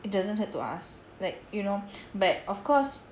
it doesn't hurt to ask like you know but of course